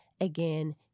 again